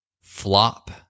flop